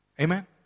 Amen